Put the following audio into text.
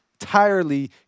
entirely